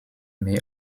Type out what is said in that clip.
may